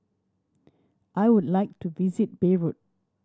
I would like to visit Beirut